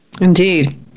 indeed